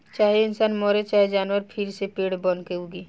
चाहे इंसान मरे चाहे जानवर फिर से पेड़ बनके उगी